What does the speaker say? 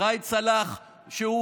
ראאד סלאח, שהוא